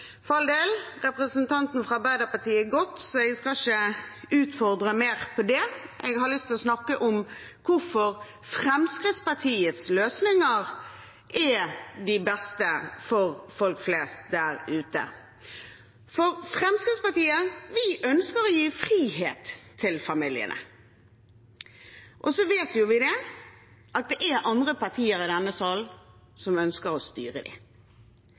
del, representanten fra Arbeiderpartiet har gått, så jeg skal ikke utfordre mer på det. Jeg har lyst til å snakke om hvorfor Fremskrittspartiets løsninger er de beste for folk flest der ute. Fremskrittspartiet ønsker å gi frihet til familiene. Så vet vi at det er andre partier i denne sal som ønsker å styre